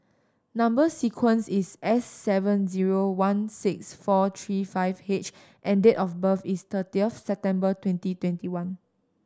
number sequence is S seven zero one six four three five H and date of birth is thirtieth September twenty twenty one